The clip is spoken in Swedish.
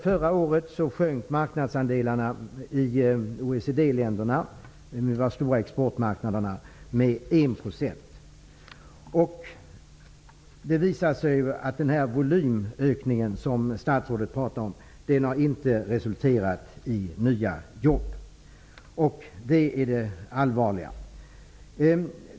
Förra året sjönk vår marknadsandel i OECD-länderna, en av de största exportmarknaderna, med 1 %. Det visar sig att den volymökning som statsrådet pratar om inte har resulterat i nya jobb. Det är det allvarliga.